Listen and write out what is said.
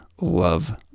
love